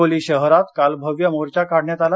हिंगोली शहरात काल भव्य मोर्चा काढण्यात आला